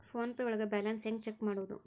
Phone pay ಒಳಗ balance ಹೆಂಗ್ check ಮಾಡುವುದು?